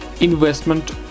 investment